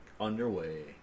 underway